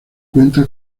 cuenta